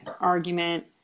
argument